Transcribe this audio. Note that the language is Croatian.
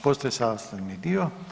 Postaje sastavni dio.